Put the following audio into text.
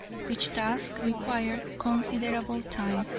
which task required considerable time,